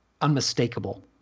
unmistakable